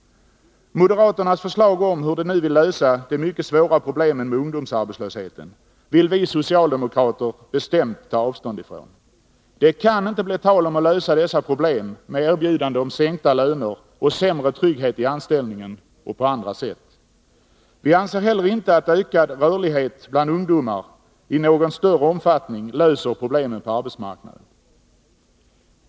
Moderaternas förslag om hur de nu vill lösa de mycket svåra problemen med ungdomsarbetslösheten vill vi socialdemokrater bestämt ta avstånd ifrån. Det kan inte bli tal om att lösa dessa problem med erbjudande om sänkta löner, sämre trygghet i anställningen och på andra sätt. Vi anser heller inte att ökad rörlighet bland ungdomar i någon större omfattning löser problemen på arbetsmarknaden.